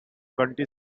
county